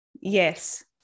Yes